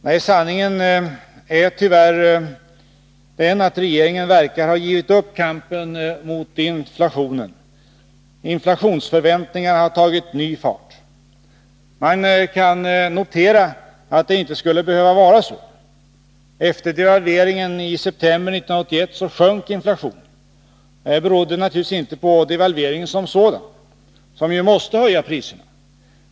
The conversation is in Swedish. Nej, sanningen är tyvärr den att regeringen verkar ha givit upp kampen mot inflationen. Inflationsförväntningarna har tagit ny fart. Man kan notera att det inte skulle behöva vara så. Efter devalveringen i september 1981 sjönk inflationen. Det berodde naturligtvis inte på devalveringen som sådan, som ju måste höja priserna.